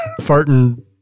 farting